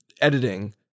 editing